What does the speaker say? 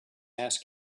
ask